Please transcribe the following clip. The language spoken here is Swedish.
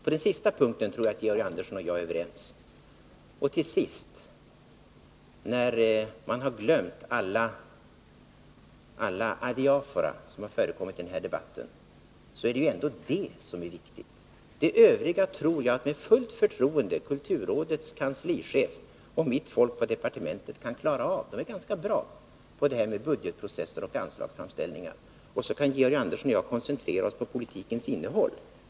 På den punkten tror jag att Georg Andersson och jag är överens, och när man har glömt alla adiafora som har förekommit i den här debatten är det ändå detta som är viktigt. Det övriga tror jag att med fullt förtroende kulturrådets kanslichef och mitt folk på departementet kan klara av. De är ganska bra på det här med budgetprocesser och anslagsframställningar. Och så kan Georg Andersson och jag koncentrera oss på politikens innehåll.